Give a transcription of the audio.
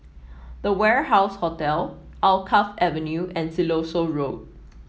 The Warehouse Hotel Alkaff Avenue and Siloso Road